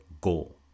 goal